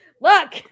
Look